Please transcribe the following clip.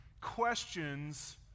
Questions